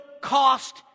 cost